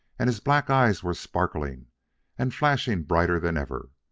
and his black eyes were sparkling and flashing brighter than ever.